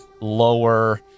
lower